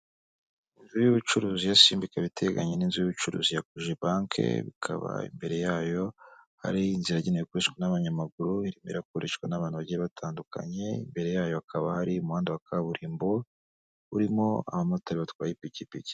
Inzu y'ubucuruzi ya Simba, ikaba iteganye n'inzu y'ubucuruzi ya Cogebanque, ikaba imbere yayo hari inzira yagenewe gukoreshwa n'abanyamaguru, irimo irakoreshwa n'abantu bagiye batandukanye, imbere yayo hakaba hari umuhanda wa kaburimbo, urimo abamotari batwaye ipikipiki.